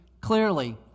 clearly